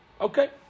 Okay